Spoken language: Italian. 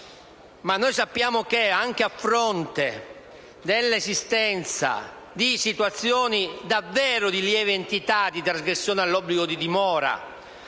custodia cautelare ma, anche a fronte dell'esistenza di situazioni davvero di lieve entità di trasgressione dell'obbligo di dimora